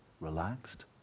relaxed